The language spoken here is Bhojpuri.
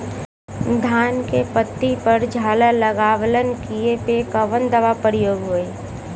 धान के पत्ती पर झाला लगववलन कियेपे कवन दवा प्रयोग होई?